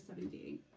78